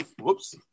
Whoops